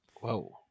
Whoa